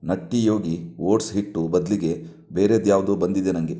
Nutty Yogi oats ಹಿಟ್ಟು ಬದಲಿಗೆ ಬೇರೇದ್ಯಾವುದೋ ಬಂದಿದೆ ನನಗೆ